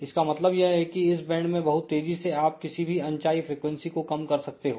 इसका मतलब यह है कि इस बैंड में बहुत तेजी से आप किसी भी अनचाही फ्रीक्वेंसी को कम कर सकते हो